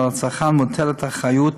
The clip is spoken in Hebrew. ועל הצרכן מוטלת האחריות